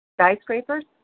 Skyscrapers